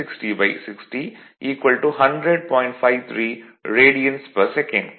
53 radians per second